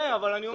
אז בוא נעצור פה.